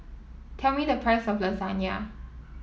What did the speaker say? tell me the price of Lasagna